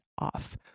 off